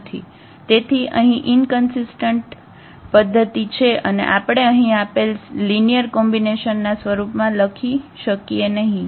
તેથી અહીં ઈનકન્સિસ્ટન્ટ પદ્ધતિ છે અને આપણે અહીં આપેલ લિનિયર કોમ્બિનેશનના સ્વરૂપમાં લખી શકીએ નહિ